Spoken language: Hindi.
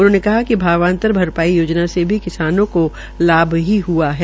उन्होंने कहा कि भावांतर भरपाई योजना से भी किसानों को लाभ ही ह्आ है